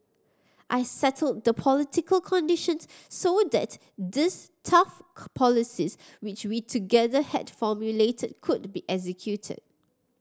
I settled the political conditions so that this tough policies which we together had formulated could be executed